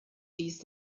these